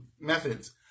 methods